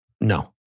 No